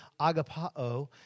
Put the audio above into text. agapao